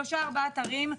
שלושה ארבעה אתרים,